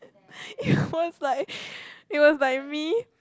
it was like it was like me